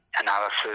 analysis